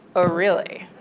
oh, really?